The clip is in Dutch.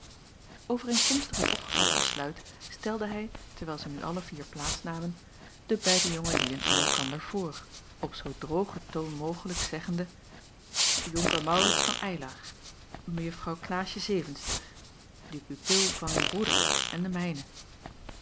overeenkomstig het opgevatte besluit stelde hij terwijl zij nu alle vier plaats namen de beide jonge lieden aan elkander voor op zoo drogen toon mogelijk zeggende jonker maurits van eylar mejuffrouw klaasje zevenster de pupil van uw broeder en de mijne